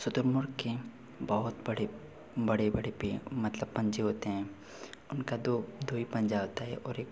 शुतुरमुर्ग़ के बहुत बड़े बड़े बड़े पर मतलब पंजे होते हैं उनका तो दो ही पंजा होता है और एक